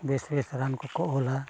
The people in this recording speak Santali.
ᱵᱮᱥ ᱵᱮᱥ ᱨᱟᱱ ᱠᱚᱠᱚ ᱚᱞᱟ